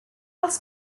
als